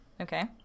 Okay